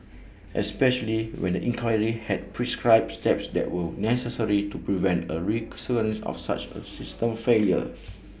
especially when the inquiry had prescribed steps that were necessary to prevent A recurrence of such A system failure